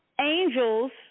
angels